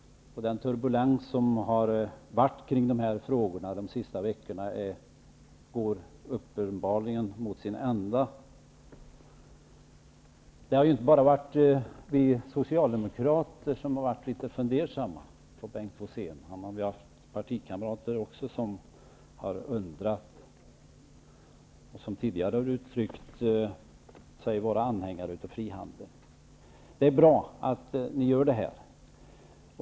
Den turbulens som varit kring dessa frågor de senaste veckorna går uppenbarligen mot sitt slut. Det är inte bara vi socialdemokrater som varit litet fundersamma om Bengt Rosén. Han har också haft partikamrater som tidigare har uttryckt sig vara anhängare av frihandel som har undrat. Det är bra att ni gör detta.